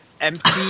empty